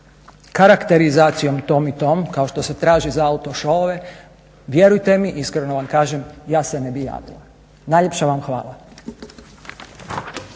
karakterizacijom tom i tom kao što se traži za auto showove vjerujte mi iskreno vam kažem ja se ne bih javila. Najljepša vam hvala.